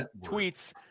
tweets –